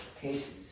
cases